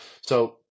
So-